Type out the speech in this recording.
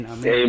Amen